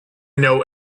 know